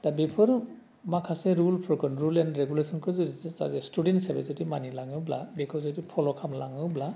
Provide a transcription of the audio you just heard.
दा बेफोरो माकासे रुलफोरखौ रुल एन रिगुलेसनखौ जेजे सासे स्टुडेन्ट हिसाबै जुदि मानि लाङोब्ला बेखौ जुदि फल' खालाम लाङोब्ला